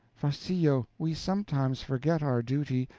farcillo, we sometimes forget our duty,